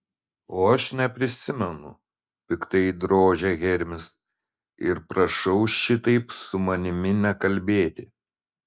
o aš neprisimenu piktai drožia hermis ir prašau šitaip su manimi nekalbėti